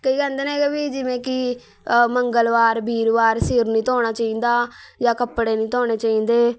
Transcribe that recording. ਕਈ ਕਹਿੰਦੇ ਨੇ ਕਿ ਵੀ ਜਿਵੇਂ ਕਿ ਮੰਗਲਵਾਰ ਵੀਰਵਾਰ ਸਿਰ ਨਹੀਂ ਧੋਣਾ ਚਾਹੀਦਾ ਜਾਂ ਕੱਪੜੇ ਨਹੀਂ ਧੋਣੇ ਚਾਹੀਦੇ